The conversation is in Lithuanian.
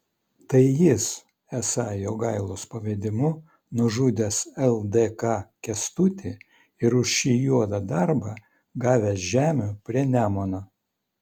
tai jis esą jogailos pavedimu nužudęs ldk kęstutį ir už šį juodą darbą gavęs žemių prie nemuno